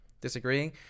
disagreeing